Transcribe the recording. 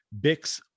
Bix